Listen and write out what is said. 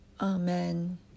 Amen